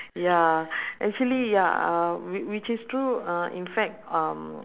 ya actually ya uh whi~ which is true uh in fact um